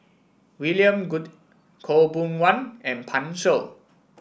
William Goode Khaw Boon Wan and Pan Shou